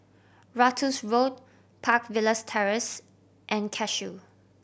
Ratus Road Park Villas Terrace and Cashew